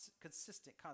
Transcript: consistent